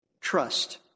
Trust